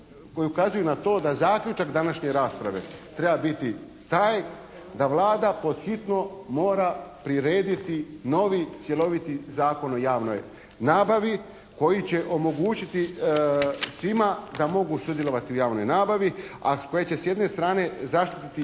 koji ukazuju na to da zaključak današnje rasprave treba biti taj da Vlada pod hitno mora prirediti novi cjeloviti Zakon o javnoj nabavi, koji će omogućiti svima da mogu sudjelovati u javnoj nabavi, a koji će s jedne strane zaštititi